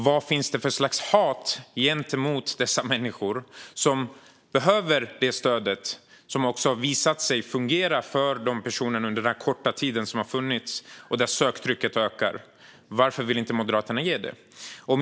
Vad finns det för slags hat gentemot dessa människor som behöver det stöd som har visat sig fungera under den korta tid som det har funnits och där söktrycket ökar? Varför vill Moderaterna inte ge det?